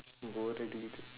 go to delete it